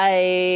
Bye